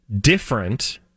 different